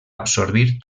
absorbir